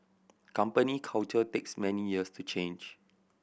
company culture takes many years to change